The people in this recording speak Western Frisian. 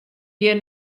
hjir